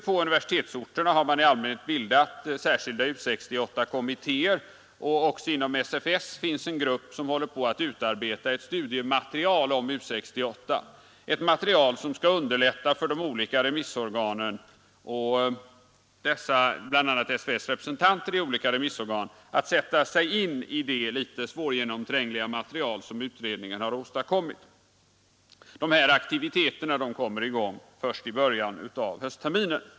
På universitetsorterna har man i allmänhet bildat särskilda U 68-kommittéer, och även inom SFS finns en grupp som håller på med att utarbeta studiematerial om U 68 — ett material som skall underlätta för SFS:s representanter i olika remissorgan att sätta sig in i det svårgenomträngliga material som utredningen har åstadkommit. Dessa aktiviteter kommer i gång först i början av höstterminen.